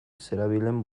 zerabilen